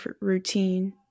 routine